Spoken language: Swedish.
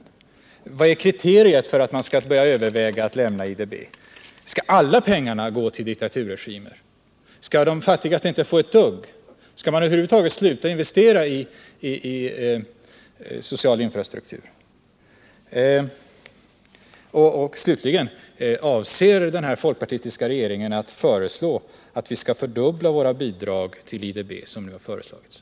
Vilket är kriteriet för att man skall börja överväga att lämna IDB? Skall alla pengarna gå till diktaturregimer? Skall de fattigaste inte få ett dugg? Skall man över huvud taget sluta investera i social infrastruktur? Slutligen: Avser den folkpartistiska regeringen att föreslå att vi skall fördubbla våra bidrag till IDB, som nu har föreslagits?